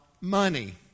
money